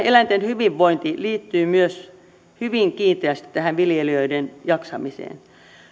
eläinten hyvinvointi liittyy myös hyvin kiinteästi viljelijöiden jaksamiseen